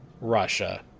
russia